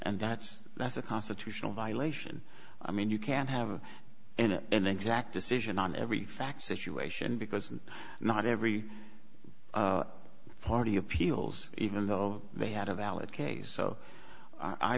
and that's that's a constitutional violation i mean you can have and exact decision on every fact situation because not every party appeals even though they had a valid case so